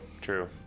True